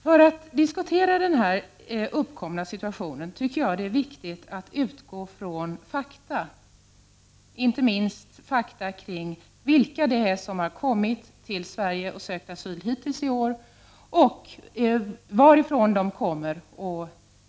När man diskuterar den uppkomna situationen är det viktigt att utgå från fakta, inte minst fakta om vilka som har kommit till Sverige och sökt asyl hittills i år och varifrån de kommer.